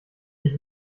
ich